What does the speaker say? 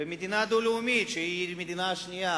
ומדינה דו-לאומית שהיא המדינה השנייה.